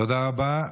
תודה רבה.